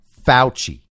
Fauci